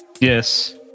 Yes